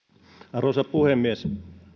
arvoisa puhemies